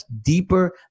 deeper